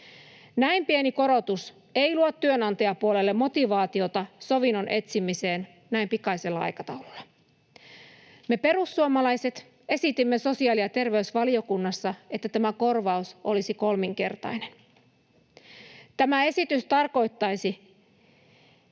Näin pieni korotus ei luo työnantajapuolelle motivaatiota sovinnon etsimiseen näin pikaisella aikataululla. Me perussuomalaiset esitimme sosiaali- ja terveysvaliokunnassa, että tämä korvaus olisi kolminkertainen. Tämä esitys tarkoittaisi